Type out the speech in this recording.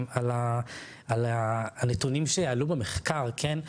על הנתונים שעלו במחקר, כן?